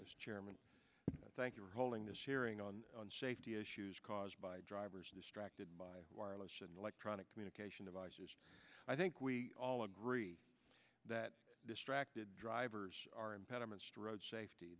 chairman thank you for holding this hearing on safety issues caused by drivers distracted by wireless and electronic communication devices i think we all agree that distracted drivers are impediments to road safety